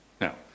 Now